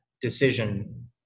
decision